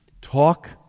Talk